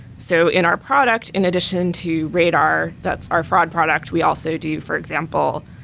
so in our product, in addition to radar, that's our fraud product, we also do, for example,